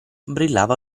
brillava